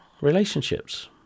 relationships